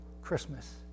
Christmas